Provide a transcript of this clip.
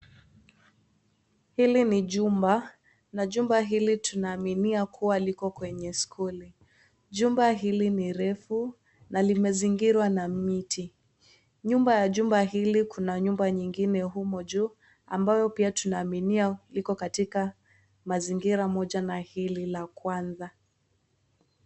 Hili ni jumba na jumba hili tunaaminia kuwa liko kwenye skuli. Jumba hili ni refu na limezingirwa na miti. Nyuma ya jumba hili, kuna nyumba nyingine humo juu, ambayo pia tunaaminia liko katika mazingira moja na hili la kwanza.